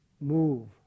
move